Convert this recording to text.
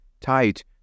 tight